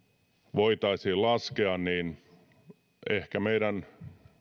voitaisiin laskea ehkä meidän